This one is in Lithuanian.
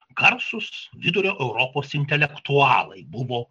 garsūs vidurio europos intelektualai buvo